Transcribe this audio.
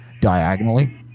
diagonally